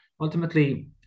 ultimately